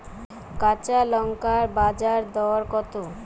কাঁচা লঙ্কার বাজার দর কত?